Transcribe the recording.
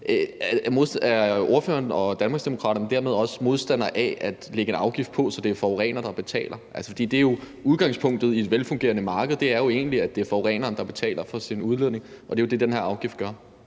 Er ordføreren og Danmarksdemokraterne dermed også modstandere af at lægge en afgift på, så det er forurener, der betaler? For udgangspunktet i et velfungerende marked er jo egentlig, at det er forureneren, der betaler for sin udledning, og det er det, den her afgift gør.